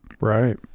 Right